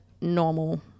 normal